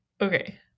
okay